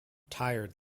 tired